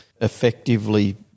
effectively